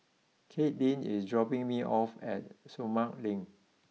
Katelynn is dropping me off at Sumang Link